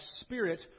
spirit